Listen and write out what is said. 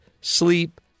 sleep